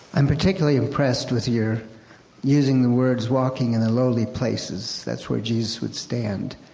i'm particularly impressed with your using the words walking in the lowly places. that's where jesus would stand.